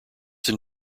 than